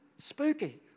spooky